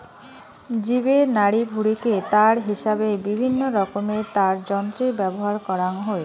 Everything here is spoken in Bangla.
জীবের নাড়িভুঁড়িকে তার হিসাবে বিভিন্নরকমের তারযন্ত্রে ব্যবহার করাং হই